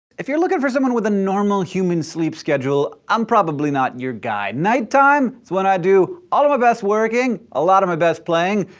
if you're looking for someone with a normal human sleep schedule, i'm probably not your guy. night time is when i do all of my best working, a lot of my best playing.